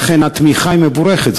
לכן התמיכה היא מבורכת.